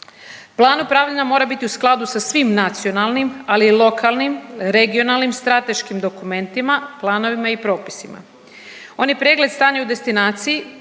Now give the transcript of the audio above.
Plan upravljanja mora bit u skladu sa svim nacionalnim, ali i lokalnim, regionalnim strateškim dokumentima, planovima i propisima. Oni pregled stanja u destinaciji